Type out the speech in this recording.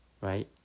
Right